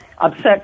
Upset